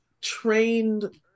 trained